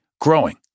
growing